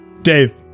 Dave